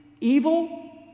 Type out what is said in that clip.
evil